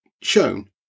shown